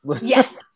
Yes